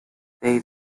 they